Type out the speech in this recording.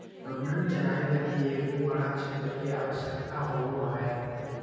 घूर्णन चराई लगी एगो बड़ा क्षेत्र के आवश्यकता होवो हइ